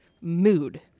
mood